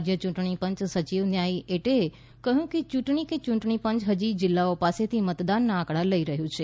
રાજ્ય ચૂંટણી પંચ સચિવ ન્યાયી એટેએ કહ્યું કે ચૂંટણી કે ચૂંટણી પંચ ફજી જિલ્લાઓ પાસેથી મતદાનના આંકડા લઈ રહ્યું છે